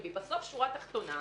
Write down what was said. אבל בסוף השורה התחתונה,